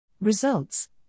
Results